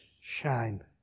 shine